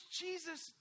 Jesus